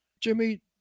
jimmy